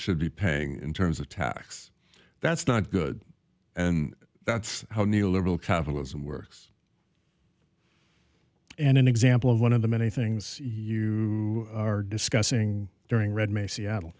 should be paying in terms of tax that's not good and that's how neoliberal capitalism works and an example of one of the many things you are discussing during read may seattle